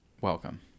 welcome